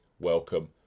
welcome